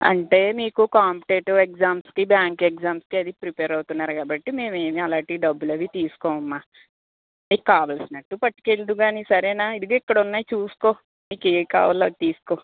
అంటే మీకు కాంపిటేటివ్ ఎగ్జామ్స్కి బ్యాంకు ఎగ్జామ్స్కి అదీ ప్రిపేర్ అవుతున్నారు కాబట్టి మేము ఏవీ అలాంటి డబ్బులవీ తీసుకోమమ్మా నీకు కావలసినట్టు పట్టుకెల్దువు కానీ సరేనా ఇదిగో ఇక్కడ ఉన్నాయి చూసుకో నీకు ఏవి కావాలో అవి తీసుకో